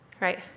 right